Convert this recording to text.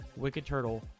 WICKEDTURTLE